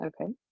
okay